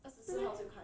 是 meh